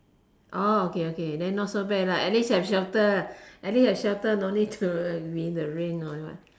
orh okay okay then not so bad lah at least have shelter at least have shelter no need to be in the rain or what